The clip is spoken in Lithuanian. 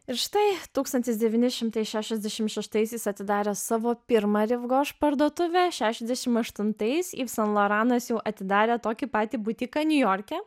ir štai tūkstantis devyni šimtai šešiasdešim šeštaisiais atidaręs savo pirmą riv goš parduotuvę šešiasdešim aštuntais yv san loranas jau atidarė tokį patį butiką niujorke